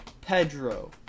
Pedro